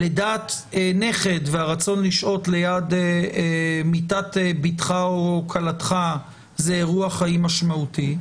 לידת נכד והרצון לשהות ליד מיטת ביתך או כלתך זה אירוע חיים משמעותי,